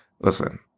listen